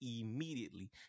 immediately